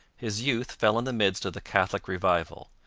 his youth fell in the midst of the catholic revival,